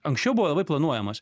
anksčiau buvo labai planuojamos